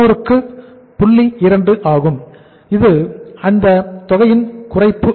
2 ஆகும் இது இந்தத் தொகையின் குறைப்பு ஆகும்